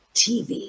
tv